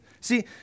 see